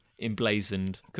emblazoned